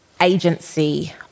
agency